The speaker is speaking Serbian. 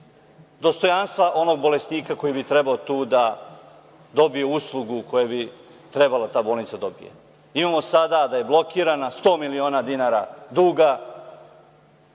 dostojanstva onog bolesnika koji bi trebao tu da dobije uslugu koju bi trebala bolnica da daje. Imamo sada da je blokirano 100 miliona dinara duga,